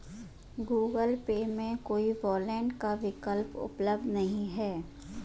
Google Pay में कोई wallet का विकल्प उपलब्ध नहीं है